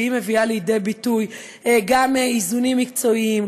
שמביאה לידי ביטוי גם איזונים מקצועיים,